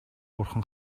бурхан